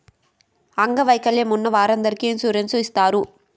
అంగవైకల్యం ఉన్న వారందరికీ ఇన్సూరెన్స్ ఇత్తారు